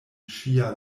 ŝia